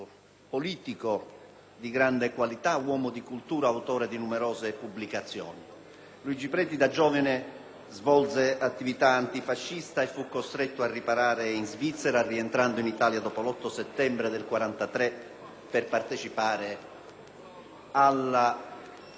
politico di grande qualità, uomo di cultura, autore di numerose pubblicazioni. Luigi Preti da giovane svolse attività antifascista e fu costretto a ritornare in Svizzera, rientrando in Italia dopo l'8 settembre del 1943. *(Brusìo).*